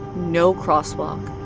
no crosswalk.